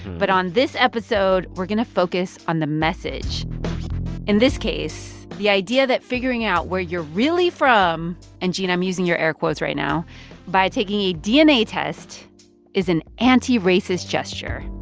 but on this episode, we're going to focus on the message in this case, the idea that figuring out where you're really from and, and, gene, i'm using your air quotes right now by taking a dna test is an anti-racist gesture.